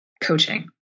coaching